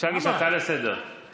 אפשר להגיש הצעה לסדר-היום.